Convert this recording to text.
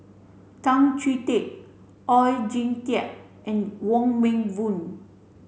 Tan Chee Teck Oon Jin Teik and Wong Meng Voon